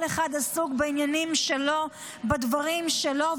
כל אחד עסוק בעניינים שלו, בדברים שלו.